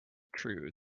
true